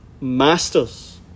masters